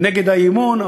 נגד האי-אמון,